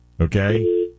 okay